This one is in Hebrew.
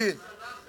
זה לא הממשל.